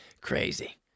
Crazy